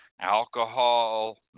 alcohol